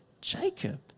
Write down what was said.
Jacob